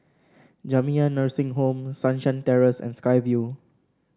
Jamiyah Nursing Home Sunshine Terrace and Sky Vue